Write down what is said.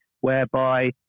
whereby